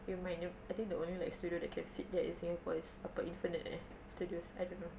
err my nub~ I think the only like studio that can fit that is neapolis atau infinite eh studios I don't know